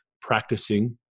practicing